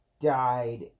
died